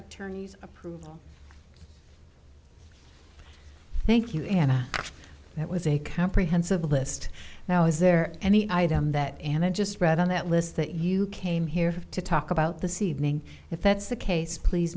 attorneys approval thank you and that was a comprehensive list now is there any item that and i just read on that list that you came here to talk about the seeming if that's the case please